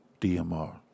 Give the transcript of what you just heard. DMR